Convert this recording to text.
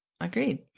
Agreed